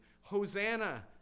Hosanna